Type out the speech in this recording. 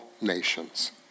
nations